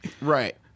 Right